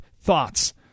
thoughts